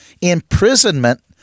imprisonment